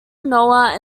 noah